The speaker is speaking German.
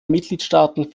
mitgliedstaaten